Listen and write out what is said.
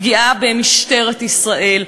פגיעה במשטרת ישראל,